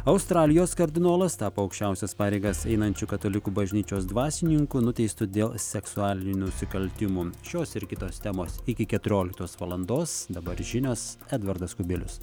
australijos kardinolas tapo aukščiausias pareigas einančiu katalikų bažnyčios dvasininku nuteistu dėl seksualinių nusikaltimų šios ir kitos temos iki keturioliktos valandos dabar žinios edvardas kubilius